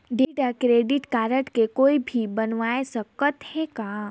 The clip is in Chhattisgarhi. डेबिट या क्रेडिट कारड के कोई भी बनवाय सकत है का?